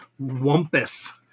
Wumpus